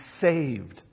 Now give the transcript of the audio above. saved